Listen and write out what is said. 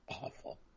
Awful